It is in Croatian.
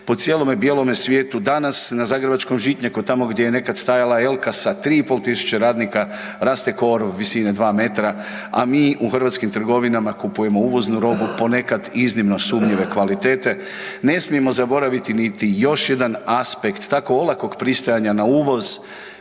po cijelome bijelome svijetu. Danas na zagrebačkom Žitnjaku tamo gdje je nekada stajala Elka sa 3 i pol tisuće radnika raste korov visine 2 metra, a mi u hrvatskim trgovinama kupujemo uvoznu robu, ponekad iznimno sumnjive kvalitete. Ne smijemo zaboraviti niti još jedan aspekt tako olakog pristajanja na uvoz.